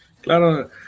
claro